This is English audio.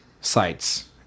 sites